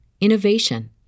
innovation